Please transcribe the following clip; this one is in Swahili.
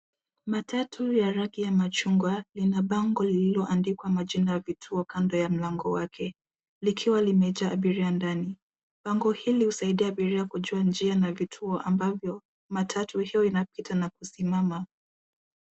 Matatu ya rangi ya machungwa ina bango lililoandikwa majina ya vituo kando ya mlango wake, likiwa lime limejaa abiria ndani bango hili husaidia abiria kujua njia na vituo ambavyo matatu hiyo inapita na kusimama.